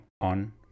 on